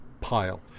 pile